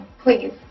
Please